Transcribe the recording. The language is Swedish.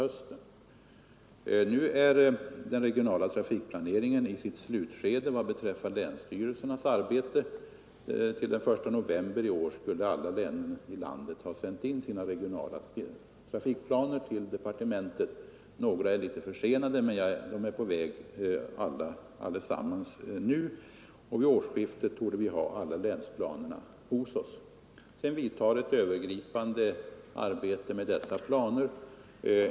Nu befinner sig den regionala trafikplaneringen i sitt slutskede vad beträffar länsstyrelsernas arbete. Till den I november skulle alla länen i landet ha sänt in sina regionala trafikplaner till departementet. Några är litet försenade, men allesammans är på väg, och vid årsskiftet torde vi ha alla länsplanerna hos oss. Sedan vidtar ett övergripande arbete med dessa planer.